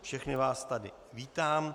Všechny vás tady vítám.